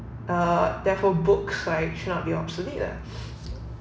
uh therefore book right should not be obsolete lah